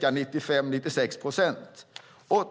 ca 95 procent av läkemedlen.